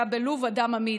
היה בלוב אדם אמיד.